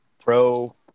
pro